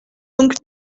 donc